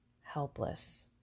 helpless